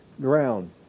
ground